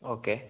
okay